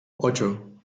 ocho